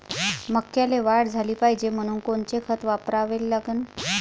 मक्याले वाढ झाली पाहिजे म्हनून कोनचे खतं वापराले लागन?